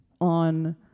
on